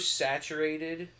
saturated